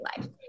life